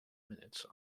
minutes